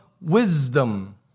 wisdom